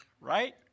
right